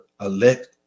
elect